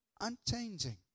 unchanging